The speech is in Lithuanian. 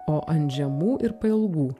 o ant žemų ir pailgų